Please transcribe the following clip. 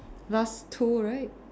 last two right